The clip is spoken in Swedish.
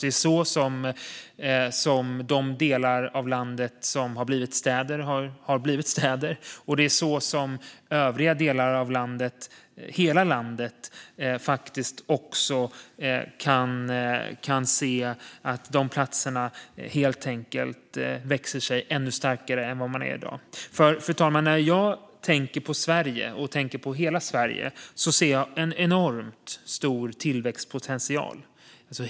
Det är så de delar av landet som är städer har blivit det, och det är så övriga delar av hela landet också kan växa sig ännu starkare än i dag. För, fru talman, när jag tänker på Sverige och på hela Sverige ser jag en enormt stor tillväxtpotential.